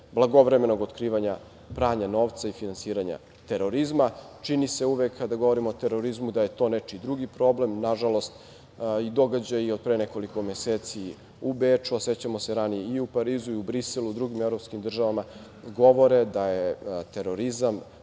blagovremenog otkrivanja pranja novca i finansiranja terorizma. Čini se uvek kada govorimo o terorizmu da je to nečiji drugi problem. Nažalost, i događaji od pre nekoliko meseci u Beču, a sećamo se ranije i Parizu i Briselu i u drugim evropskim državama govore da je terorizam